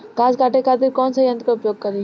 घास काटे खातिर कौन सा यंत्र का उपयोग करें?